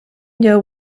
know